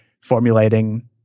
formulating